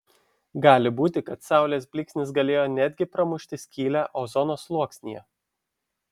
gali būti kad saulės blyksnis galėjo net gi pramušti skylę ozono sluoksnyje